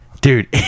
Dude